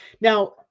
Now